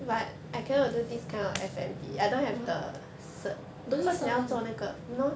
don't need cert [one]